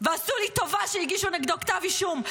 ועשו לי טובה שהגישו נגדו כתב אישום.